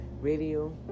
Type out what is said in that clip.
Radio